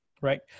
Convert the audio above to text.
Right